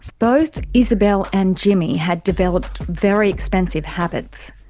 both isabelle and jimmy had developed very expensive habits.